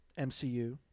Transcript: MCU